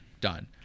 Done